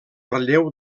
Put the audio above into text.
relleu